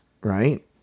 right